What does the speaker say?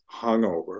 hungover